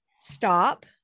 stop